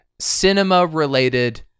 cinema-related